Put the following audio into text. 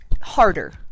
harder